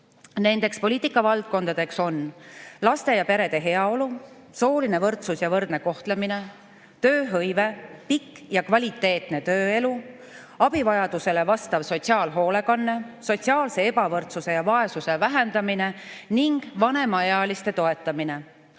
Need poliitikavaldkonnad on järgmised: laste ja perede heaolu, sooline võrdsus ja võrdne kohtlemine, tööhõive, pikk ja kvaliteetne tööelu, abivajadusele vastav sotsiaalhoolekanne, sotsiaalse ebavõrdsuse ja vaesuse vähendamine ning vanemaealiste toetamine.